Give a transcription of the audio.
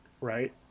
right